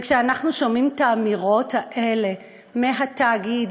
אנחנו שומעים את האמירות האלה מהתאגיד,